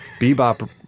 Bebop